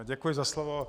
Děkuji za slovo.